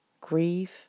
grief